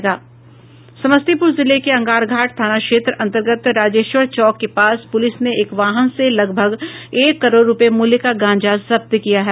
समस्तीपुर जिले के अंगारघाट थाना क्षेत्र अंतर्गत राजेश्वर चौक के पास पुलिस ने एक वाहन से लगभग एक करोड़ रुपये मूल्य का गांजा जब्त किया है